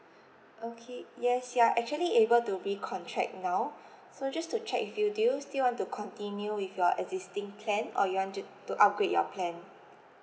okay yes you are actually able to recontract now so just to check with you do you still want to continue with your existing plan or you want to to upgrade your plan